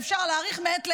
ואפשר להאריך אותו מעת לעת.